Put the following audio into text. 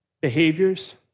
behaviors